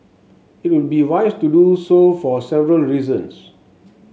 it would be wise to do so for several reasons